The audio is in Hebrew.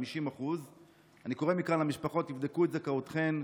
50%. אני קורא מכאן למשפחות: תבדקו את זכאותכן,